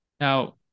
Now